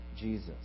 Jesus